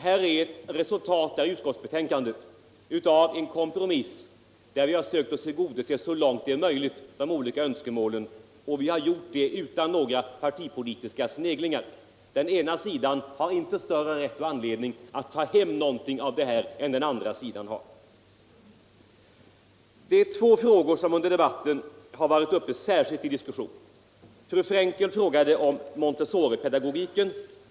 Utskottets betänkande är ett resultat av en kompromiss, där vi så långt som möjligt sökt att tillgodose de olika önskemålen utan några partipolitiska sneglingar. Den ena sidan har inte större rätt och anledning att ta hem någonting av detta än den andra sidan. Det är två frågor som under debatten har varit uppe särskilt till dis kussion. Fru Frenkel frågade om montessoripedagogiken.